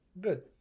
good